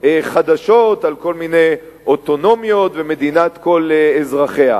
חדשות על כל מיני אוטונומיות ומדינת כל אזרחיה.